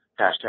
hashtag